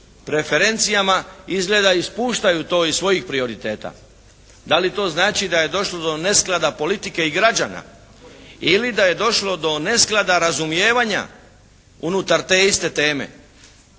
preferencijama izgledaju ispuštaju to iz svojih prioriteta. Da li to znači da je došlo do nesklada politike i građana ili da je došlo do nesklada razumijevanja unutar te iste teme.